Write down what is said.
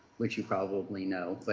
which you probably know. but